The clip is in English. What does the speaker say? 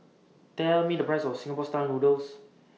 Tell Me The Price of Singapore Style Noodles